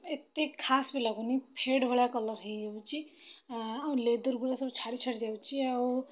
ଏତେ ଖାସ୍ ବି ଲାଗୁନି ଫେଡ଼୍ ଭଳିଆ କଲର୍ ହେଇଯାଉଛି ଆଉ ଲେଦର୍ ଗୁଡ଼ା ସବୁ ଛାଡ଼ି ଛାଡ଼ି ଯାଉଛି ଆଉ